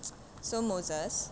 so moses